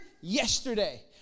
yesterday